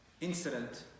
incident